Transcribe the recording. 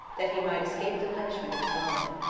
that he might escape the punishment of his lying.